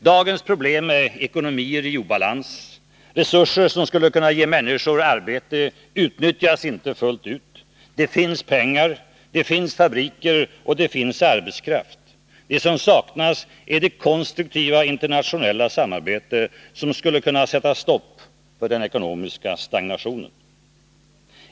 Dagens problem är ekonomier i obalans. Resurser som skulle kunna ge människor arbete utnyttjas inte fullt ut. Det finns pengar. Det finns fabriker och det finns arbetskraft. Det som saknas är det konstruktiva internationella samarbete som skulle kunna sätta stopp för den ekonomiska stagnationen.